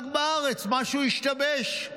רק בארץ משהו השתבש.